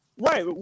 Right